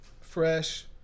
fresh